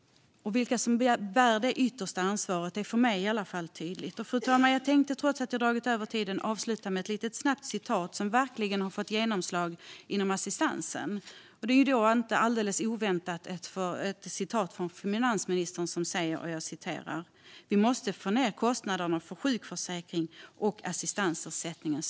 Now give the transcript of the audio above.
Vilka som bär det yttersta ansvaret är tydligt, i alla fall för mig. Fru talman! Jag tänkte, trots att jag dragit över tiden, avsluta lite snabbt med ett citat som verkligen har fått genomslag inom assistansen. Det är, inte alldeles oväntat, ett citat från finansministern: "Vi måste få ner kostnaderna för sjukförsäkringen och assistansersättningen."